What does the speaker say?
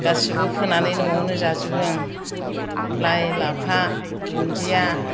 गासैबो फोनानै न'आवनो जाजोबो आं लाइ लाफा दुन्दिया